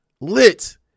lit